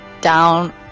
down